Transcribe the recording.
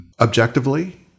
objectively